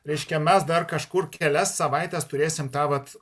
reiškia mes dar kažkur kelias savaites turėsim tą vat